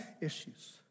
issues